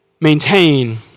Maintain